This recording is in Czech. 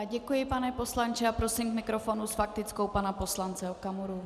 Děkuji, pane poslanče, a prosím k mikrofonu s faktickou pana poslance Okamuru.